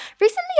recently